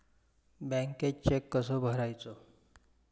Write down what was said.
बँकेत चेक कसो भरायचो?